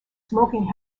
smoking